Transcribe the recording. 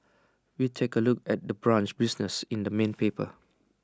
we take A look at the brunch business in the main paper